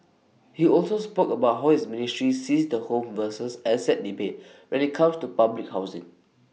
he also spoke about how his ministry sees the home versus asset debate when IT comes to public housing